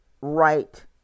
right